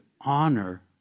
honor